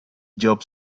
job